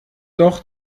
doch